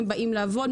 הם באים לעבוד,